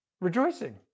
rejoicing